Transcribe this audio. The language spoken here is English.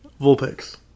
Vulpix